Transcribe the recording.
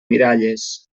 miralles